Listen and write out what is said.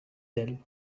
elle